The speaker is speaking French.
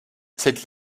cette